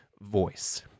voice